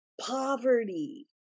poverty